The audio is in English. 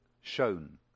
shown